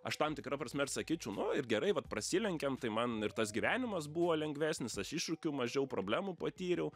aš tam tikra prasme ir sakyčiau nu ir gerai vat prasilenkėm tai man ir tas gyvenimas buvo lengvesnis aš iššūkių mažiau problemų patyriau